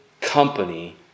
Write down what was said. company